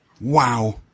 Wow